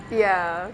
ya